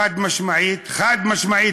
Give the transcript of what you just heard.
חד-משמעית" "חד-משמעית",